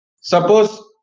Suppose